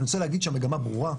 אני רוצה להגיד שהמגמה ברורה,